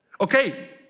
Okay